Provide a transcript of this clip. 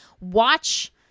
watch